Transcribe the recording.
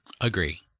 Agree